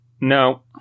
No